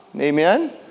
Amen